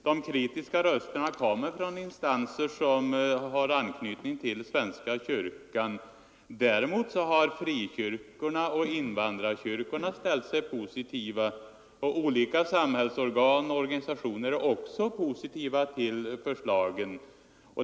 De kritiska rösterna kommer från instanser som har anknytning till den svenska kyrkan. Däremot har frikyrkorna och invandrarkyrkorna ställt sig positiva, och olika samhällsorgan och organisationer är också positiva till förslaget.